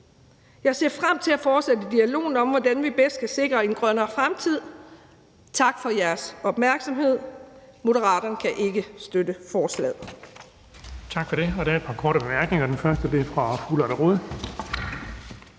Jeg ser frem til at fortsætte dialogen om, hvordan vi bedst kan sikre en grønnere fremtid. Tak for jeres opmærksomhed. Moderaterne kan ikke støtte forslaget.